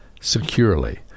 securely